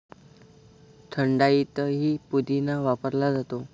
थंडाईतही पुदिना वापरला जातो